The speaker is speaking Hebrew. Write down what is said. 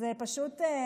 זה פשוט,